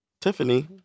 Tiffany